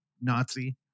Nazi